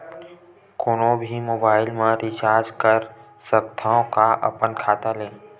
कोनो भी मोबाइल मा रिचार्ज कर सकथव का अपन खाता ले?